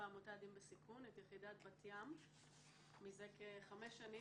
ים בעמותה לילדים בסיכון מזה כחמש שנים,